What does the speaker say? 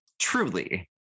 Truly